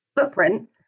footprint